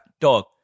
dog